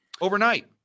overnight